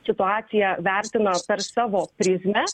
situaciją vertina per savo prizmę